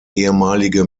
ehemalige